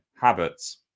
habits